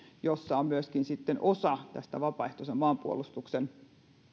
jossa on myöskin osa näistä vapaaehtoisen maanpuolustuksen